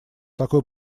такой